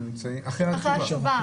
אחרי התשובה,